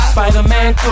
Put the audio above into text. Spider-Man